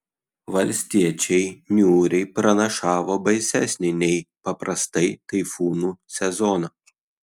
valstiečiai niūriai pranašavo baisesnį nei paprastai taifūnų sezoną